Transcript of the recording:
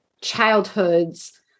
childhoods